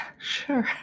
sure